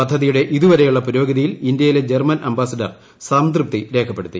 പദ്ധതിയുടെ ഇതുവരെയുള്ള പുരോഗതിയിൽ ഇന്ത്യയിലെ ജർമ്മൻ അംബാസിഡർ സംതൃപ്തി രേഖപ്പെടുത്തി